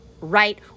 right